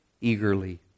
eagerly